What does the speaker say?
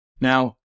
Now